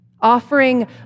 Offering